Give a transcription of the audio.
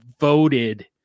voted